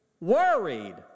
worried